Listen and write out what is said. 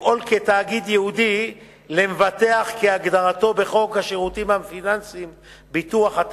לפעול כתאגיד ייעודי למבטח כהגדרתו בחוק השירותים הפיננסיים (ביטוח),